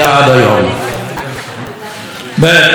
"מועצת גדולי התורה הנחתה את חברי הכנסת